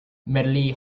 medley